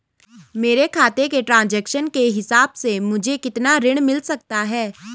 मेरे खाते के ट्रान्ज़ैक्शन के हिसाब से मुझे कितना ऋण मिल सकता है?